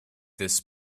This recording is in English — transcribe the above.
this